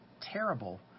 terrible